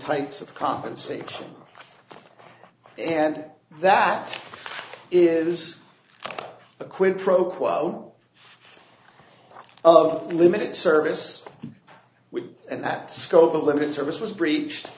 types of compensate and that is a quid pro quo of limited service and that scope of limited service was breached